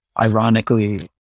ironically